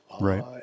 Right